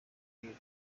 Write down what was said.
you